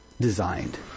designed